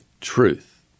truth